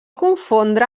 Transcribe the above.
confondre